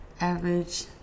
Average